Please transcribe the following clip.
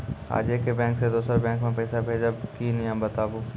आजे के बैंक से दोसर बैंक मे पैसा भेज ब की नियम या बताबू?